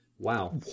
Wow